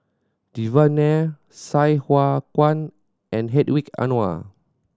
Devan Nair Sai Hua Kuan and Hedwig Anuar